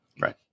Right